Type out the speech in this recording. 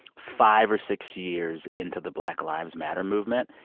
five or six years into the black lives matter movement.